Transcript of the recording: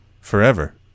forever